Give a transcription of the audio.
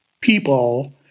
people